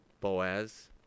Boaz